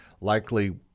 Likely